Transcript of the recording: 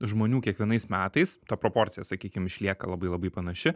žmonių kiekvienais metais ta proporcija sakykim išlieka labai labai panaši